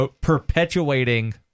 perpetuating